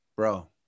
Bro